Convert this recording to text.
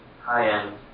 high-end